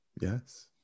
Yes